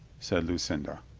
said lucinda.